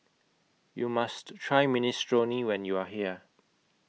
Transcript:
YOU must Try Minestrone when YOU Are here